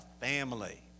family